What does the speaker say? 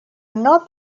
not